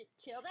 chill